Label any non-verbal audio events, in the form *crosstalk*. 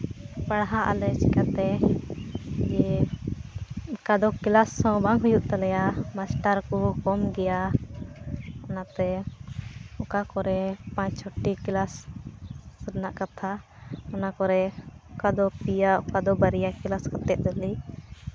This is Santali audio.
ᱯᱟᱲᱦᱟᱜ ᱟᱞᱮ ᱪᱤᱠᱟ ᱛᱮ ᱫᱤᱭᱮ ᱚᱠᱟ ᱫᱚ ᱠᱞᱟᱥ ᱦᱚᱸ ᱵᱟᱝ ᱦᱩᱭᱩᱜ ᱛᱟᱞᱮᱭᱟ ᱢᱟᱥᱴᱟᱨ ᱠᱚ ᱠᱚᱢ ᱜᱮᱭᱟ ᱚᱱᱟᱛᱮ ᱚᱠᱟ ᱠᱚᱨᱮ ᱯᱟᱸᱪ ᱪᱷᱚᱴᱤ ᱠᱮᱞᱟᱥ ᱨᱮᱱᱟᱜ ᱠᱟᱛᱷᱟ ᱚᱱᱟ ᱠᱚᱨᱮ ᱚᱠᱟ ᱫᱚ ᱯᱮᱭᱟ ᱚᱠᱟ ᱫᱚ ᱵᱟᱨᱭᱟ ᱠᱞᱟᱥ ᱠᱟᱛᱮᱫ *unintelligible*